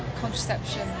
contraception